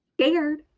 scared